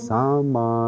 Sama